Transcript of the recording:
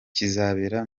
kizabera